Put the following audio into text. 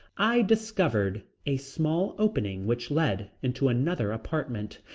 i discovered a small opening which led into another apartment.